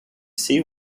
see